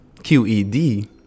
QED